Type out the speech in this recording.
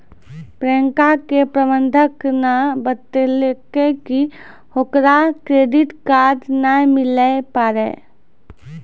प्रियंका के प्रबंधक ने बतैलकै कि ओकरा क्रेडिट कार्ड नै मिलै पारै